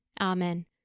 Amen